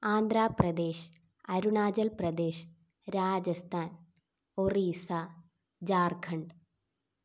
Andhra Pradesh Arunachal Pradesh Rajasthan Orissa Jharkhand